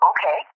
Okay